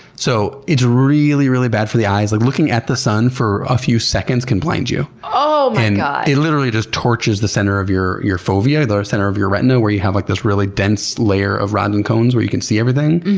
so it's really, really bad for the eyes. like looking at the sun for a few seconds can blind you, and it literally just torches the center of your your fovea, the center of your retina where you have like this really dense layer of rods and cones where you can see everything.